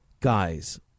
guys